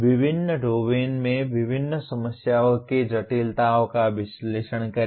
विभिन्न डोमेन में विभिन्न समस्याओं की जटिलताओं का विश्लेषण करें